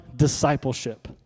discipleship